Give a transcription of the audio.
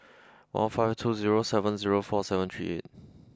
one five two zero seven zero four seven three eight